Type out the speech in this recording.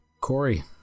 Corey